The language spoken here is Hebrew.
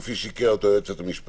כפי שהקריאה אותו היועצת המשפטית.